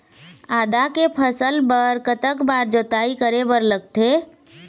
आदा के फसल बर कतक बार जोताई करे बर लगथे?